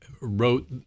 wrote